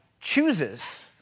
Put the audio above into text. chooses